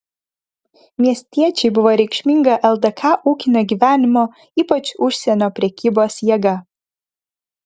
miestiečiai buvo reikšminga ldk ūkinio gyvenimo ypač užsienio prekybos jėga